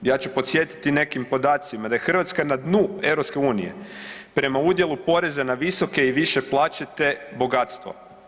Ja ću podsjetiti nekim podacima da je Hrvatska na dnu Europske unije prema udjelu poreza na visoke i više plaće te bogatstvo.